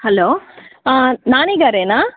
hello నానీగారేనా